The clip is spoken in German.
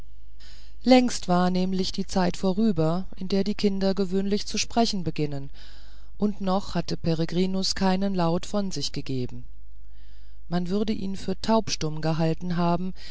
längst war nämlich die zeit vorüber in der die kinder gewöhnlich zu sprechen beginnen und noch hatte peregrinus keinen laut von sich gegeben man würde ihn für taubstumm gehalten haben